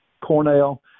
Cornell